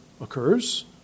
occurs